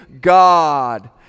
God